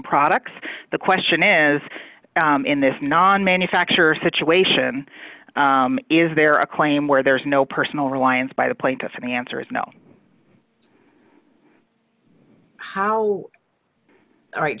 products the question is in this non manufacturer situation is there a claim where there is no personal reliance by the plaintiff and the answer is no how right